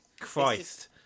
Christ